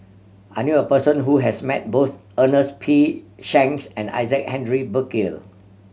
I knew a person who has met both Ernest P Shanks and Isaac Henry Burkill